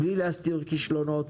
בלי להסתיר כישלונות,